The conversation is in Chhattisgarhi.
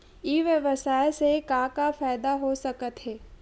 ई व्यवसाय से का का फ़ायदा हो सकत हे?